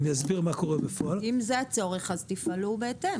אם זה הצורך, אז תפעלו בהתאם.